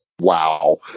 Wow